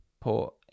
Port